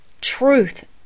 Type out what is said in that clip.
truth